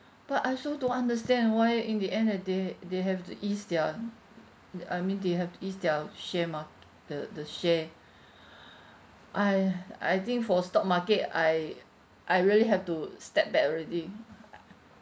but I also don't understand why in the end that they they have to ease their I mean they have to ease their share mar~ the the share I uh I think for stock market I I really have to step back already I